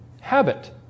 Habit